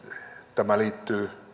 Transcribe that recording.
tämä liittyy